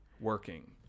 working